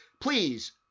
please